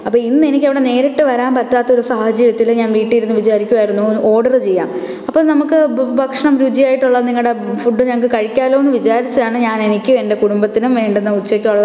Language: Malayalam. അപ്പോള് ഇന്നെനിക്ക് അവിടെ നേരിട്ട് വരാന് പറ്റാത്ത ഒരു സാഹചര്യത്തില് ഞാൻ വീട്ടില് ഇരുന്ന് വിചാരിക്കുകയായിരുന്നു ഓർഡർ ചെയ്യാം അപ്പോള് നമുക്ക് ഭക്ഷണം രുചിയായിട്ടുള്ള നിങ്ങളുടെ ഫുഡ് ഞങ്ങൾക്ക് കഴിക്കാലോന്ന് വിചാരിച്ചാണ് ഞാൻ എനിക്കും എന്റെ കുടുംബത്തിനും വേണ്ടുന്ന ഉച്ചയ്ക്കുള്ള